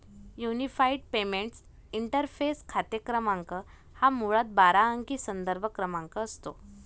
unified payments interface खाते क्रमांक हा मुळात बारा अंकी संदर्भ क्रमांक असतो